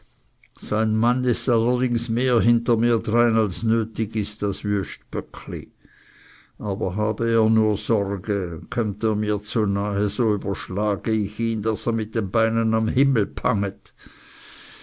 sein mann ist allerdings mehr hinter mir drein als nötig ist das wüst böckli aber habe er nur sorge kömmt er mir zu nahe so überschlage ich ihn daß er mit den beinen am himmel